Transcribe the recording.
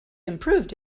improved